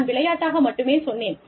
நான் விளையாட்டாக மட்டுமே சொன்னேன்